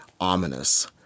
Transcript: ominous